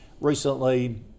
recently